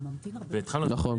נכון.